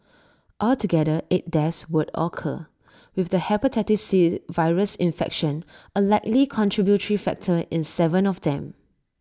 altogether eight deaths would occur with the Hepatitis C virus infection A likely contributory factor in Seven of them